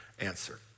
answer